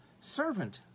servant